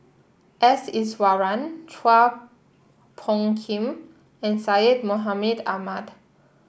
S Iswaran Chua Phung Kim and Syed Mohamed Ahmed